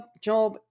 job